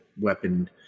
weapon